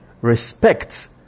respect